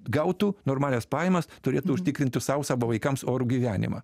gautų normalias pajamas turėtų užtikrinti sau savo vaikams orų gyvenimą